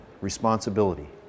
responsibility